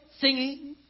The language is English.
singing